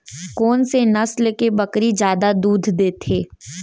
कोन से नस्ल के बकरी जादा दूध देथे